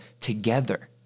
together